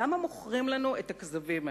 למה מוכרים לנו את הכזבים האלה?